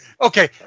Okay